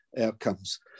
outcomes